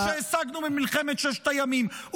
-- שהשגנו במלחמת ששת הימים,